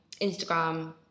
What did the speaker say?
Instagram